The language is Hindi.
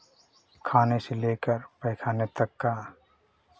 खाने से लेकर पैखाने तक का